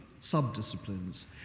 sub-disciplines